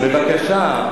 תפסיקו.